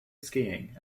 skiing